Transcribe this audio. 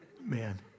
Man